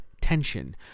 tension